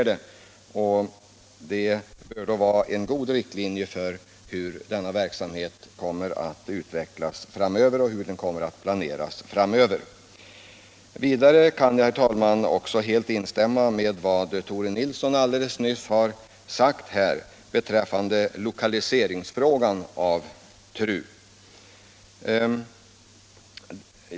Det bör vara en god riktlinje för hur denna verksamhet kommer att planeras och utvecklas framöver. Vidare kan jag, herr talman, instämma i vad Tore Nilsson alldeles nyss har sagt beträffande lokaliseringen av TRU.